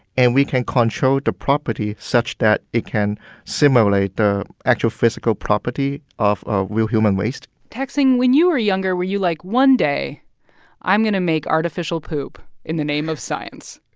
and we can control the property such that it can simulate the actual physical property of ah real human waste tak-sing, when you were younger, were you like, one day i'm going to make artificial poop in the name of science?